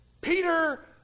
Peter